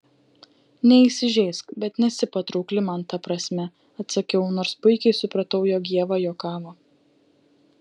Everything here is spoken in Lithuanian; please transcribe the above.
neįsižeisk bet nesi patraukli man ta prasme atsakiau nors puikiai supratau jog ieva juokavo